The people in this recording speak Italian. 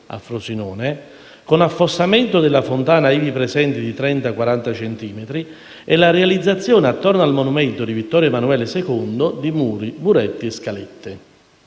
a Frosinone, con affossamento della fontana ivi presente di 30-40 centimetri e la realizzazione attorno al monumento di Vittorio Emanuele II di muri, muretti e scalette».